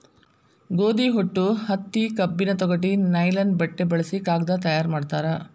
ಗೋದಿ ಹೊಟ್ಟು ಹತ್ತಿ ಕಬ್ಬಿನ ತೊಗಟಿ ಲೈಲನ್ ಬಟ್ಟೆ ಬಳಸಿ ಕಾಗದಾ ತಯಾರ ಮಾಡ್ತಾರ